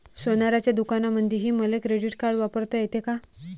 सोनाराच्या दुकानामंधीही मले क्रेडिट कार्ड वापरता येते का?